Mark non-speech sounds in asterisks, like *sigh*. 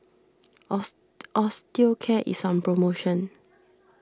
*unintelligible* Osteocare is on promotion